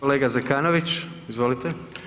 Kolega Zekanović, izvolite.